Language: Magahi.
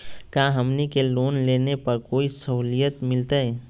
का हमनी के लोन लेने पर कोई साहुलियत मिलतइ?